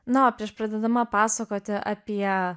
na o prieš pradėdama pasakoti apie